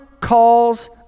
calls